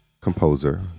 composer